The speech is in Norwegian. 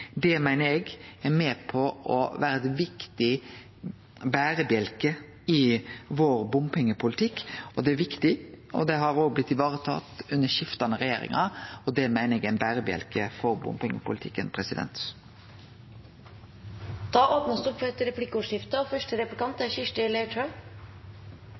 Det meiner eg er ein viktig berebjelke i vår bompengepolitikk. Det er viktig, og det har òg blitt varetatt under skiftande regjeringar. Det meiner eg er ein berebjelke for